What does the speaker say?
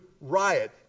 Riot